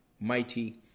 mighty